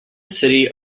city